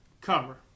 cover